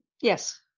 Yes